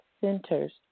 centers